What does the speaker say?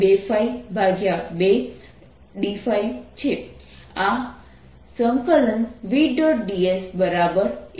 dS 1543×π4π15 છે અને તે પ્રોબ્લેમ નંબર 5 નો જવાબ છે